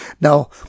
Now